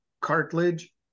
cartilage